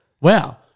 Wow